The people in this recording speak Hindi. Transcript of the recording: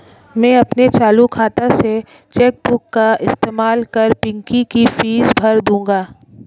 मैं अपने चालू खाता से चेक बुक का इस्तेमाल कर पिंकी की फीस भर दूंगा